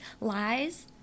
lies